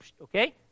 okay